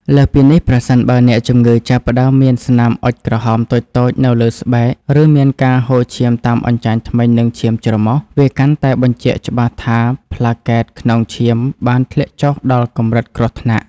លើសពីនេះ ប្រសិនបើអ្នកជំងឺចាប់ផ្តើមមានស្នាមអុជក្រហមតូចៗនៅលើស្បែក ឬមានការហូរឈាមតាមអញ្ចាញធ្មេញ និងឈាមច្រមុះ វាកាន់តែបញ្ជាក់ច្បាស់ថា ប្លាកែតក្នុងឈាមបានធ្លាក់ចុះដល់កម្រិតគ្រោះថ្នាក់